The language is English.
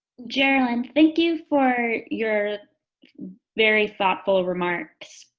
geralyn, thank you for your very thoughtful remarks.